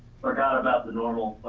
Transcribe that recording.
forgot about the normal